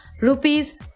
rupees